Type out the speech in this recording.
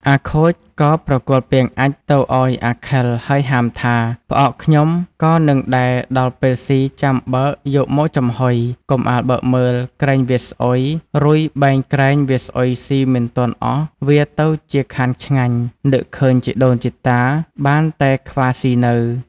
អាខូចក៏ប្រគល់ពាងអាចម៏ទៅឱ្យអាខិលហើយហាមថា“ផ្អកខ្ញុំក៏នឹងដែរដល់ពេលស៊ីចាំបើកយកមកចំហុយកុំអាលបើកមើលក្រែងវាស្អុយរុយបែងក្រែងវាស្អុយស៊ីមិនទាន់អស់វាទៅជាខានឆ្ងាញ់ នឹកឃើញជីដូនជីតា បានតែខ្វាស៊ីនៅ”។